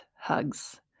hugs